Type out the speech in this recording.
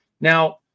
Now